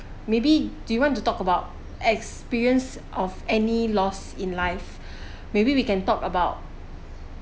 maybe do you want to talk about experience of any loss in life maybe we can talk about